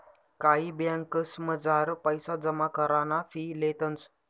कायी ब्यांकसमझार पैसा जमा कराना फी लेतंस